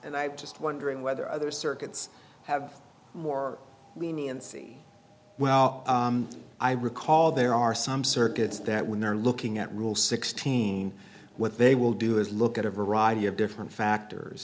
and i'm just wondering whether other circuits have more leniency well i recall there are some circuits that when they're looking at rule sixteen what they will do is look at a variety of different factors